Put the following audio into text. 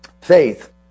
Faith